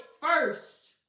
first